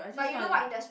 but you know what industry